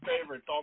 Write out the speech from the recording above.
favorites